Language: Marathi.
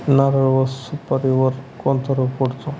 नारळ व सुपारीवर कोणता रोग पडतो?